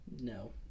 No